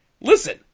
listen